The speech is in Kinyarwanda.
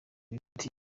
miti